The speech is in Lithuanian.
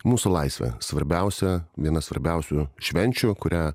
mūsų laisvė svarbiausia viena svarbiausių švenčių kurią